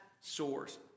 source